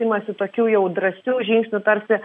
imasi tokių jau drąsių žingsnių tarsi